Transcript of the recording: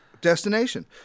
destination